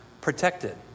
protected